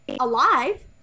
alive